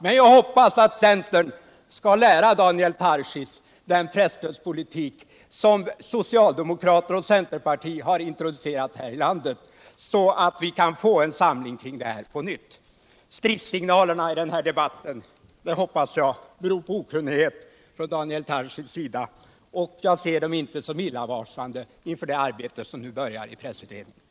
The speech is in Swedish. Men jag hoppas att centern skall lära Daniel Tarschys den presstödspolitik som socialdemokrater och centerparti har introducerat här i landet, så att vi kan få en samling kring den på nytt. Stridssignalerna i den här debatten hoppas jag beror på okunnighet från Daniel Tarschys sida, och jag ser dem inte som illavarslande inför det arbete som nu börjar i pressutredningen.